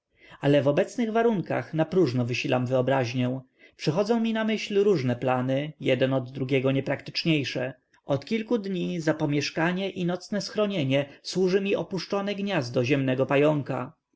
ale w obecnych warunkach napróżno wysilam wyobraźnię przychodzą mi na myśl różne plany jeden od drugiego niepraktyczniejsze od kilku dni za pomieszkanie i nocne schronienie służy mi opuszczone gniazdo ziemnego pająka